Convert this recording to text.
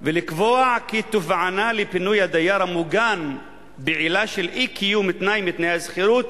ולקבוע כי תובענה לפינוי דייר מוגן בעילה של אי-קיום תנאי מתנאי השכירות